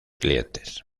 clientes